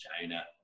China